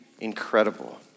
incredible